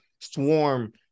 Swarm